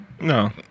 No